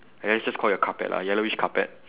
!aiya! it's just call it a carpet lah yellowish carpet